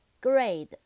Grade